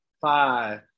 five